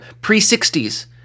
pre-60s